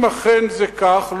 אם אכן זה כך,